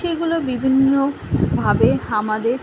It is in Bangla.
সেইগুলো বিভিন্নভাবে আমাদের